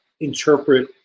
interpret